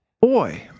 boy